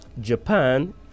Japan